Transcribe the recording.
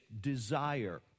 desire